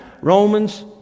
Romans